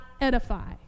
edify